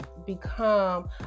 become